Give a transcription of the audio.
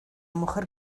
mujer